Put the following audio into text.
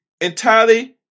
entirely